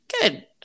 Good